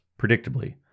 predictably